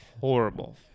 horrible